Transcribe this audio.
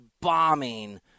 bombing